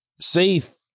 safe